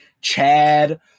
Chad